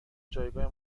جایگاه